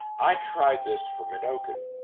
i tried this for menokin,